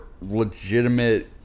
legitimate